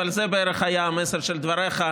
אבל זה בערך היה המסר של דבריך,